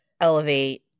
elevate